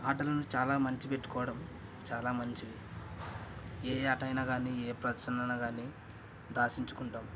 ఆటలను చాలా మంచి పెట్టుకోవడం చాలా మంచిది ఏ ఆటైనా గానీ ఏ ప్రశ్నలనే గానీ దాచుంచుకుంటాము